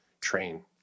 train